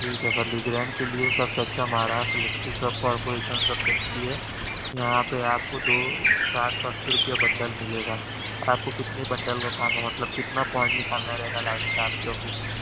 ٹھیک ہے sir Legrand کے لیے سب سے اچھا مہاراشٹر الیکٹرک کارپوریشن سب سے اچھی ہے یہاں پہ آپ کو دو سات سو اسی روپیہ بنڈل ملے گا آپ کو کتنے بنڈل کا کام ہے مطلب کتنا پوائنٹ نکالنا رہے گا لائٹ کا آپ کے آفس میں